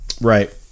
Right